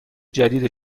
جدید